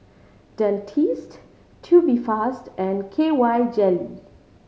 Dentiste Tubifast and K Y Jelly